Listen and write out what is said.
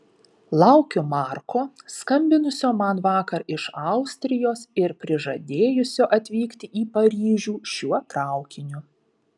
laukiu marko skambinusio man vakar iš austrijos ir prižadėjusio atvykti į paryžių šiuo traukiniu